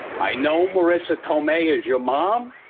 i know marisa tomei is your mom.